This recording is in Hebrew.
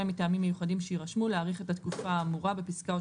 מטעמים מיוחדים שיירשמו להאריך את התקופה האמורה בפסקאות